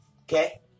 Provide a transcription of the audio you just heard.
Okay